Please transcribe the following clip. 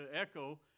echo